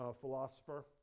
philosopher